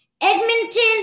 Edmonton